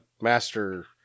master